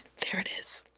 there it is.